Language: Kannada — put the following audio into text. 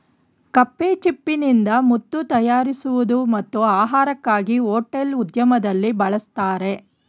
ಕಪ್ಪೆಚಿಪ್ಪಿನಿಂದ ಮುತ್ತು ತಯಾರಿಸುವುದು ಮತ್ತು ಆಹಾರಕ್ಕಾಗಿ ಹೋಟೆಲ್ ಉದ್ಯಮದಲ್ಲಿ ಬಳಸ್ತರೆ